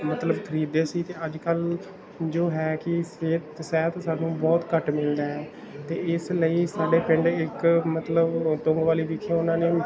ਮਤਲਬ ਖਰੀਦਦੇ ਸੀ ਅਤੇ ਅੱਜ ਕੱਲ ਜੋ ਹੈ ਕਿ ਸੇਤ ਸ਼ਹਿਦ ਸਾਨੂੰ ਬਹੁਤ ਘੱਟ ਮਿਲਦਾ ਹੈ ਅਤੇ ਇਸ ਲਈ ਸਾਡੇ ਪਿੰਡ ਇੱਕ ਮਤਲਬ ਤੁੰਗਵਾਲੇ ਵਿਖੇ ਉਹਨਾਂ ਨੇ